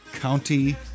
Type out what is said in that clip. county